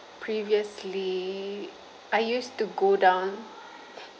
previously I used to go down